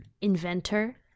inventor